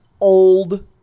old